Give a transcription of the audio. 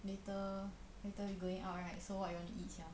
later later you going out right so what you want to eat sia